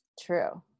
True